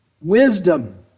wisdom